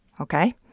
Okay